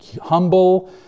humble